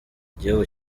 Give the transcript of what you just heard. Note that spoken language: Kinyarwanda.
igihugu